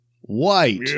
white